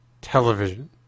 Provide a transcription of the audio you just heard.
television